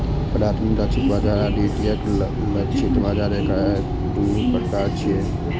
प्राथमिक लक्षित बाजार आ द्वितीयक लक्षित बाजार एकर दू प्रकार छियै